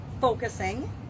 focusing